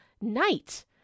night